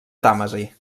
tàmesi